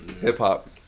Hip-hop